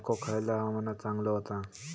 मको खयल्या हवामानात चांगलो होता?